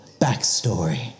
backstory